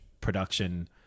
production